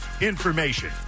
information